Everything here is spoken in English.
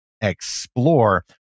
explore